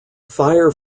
fire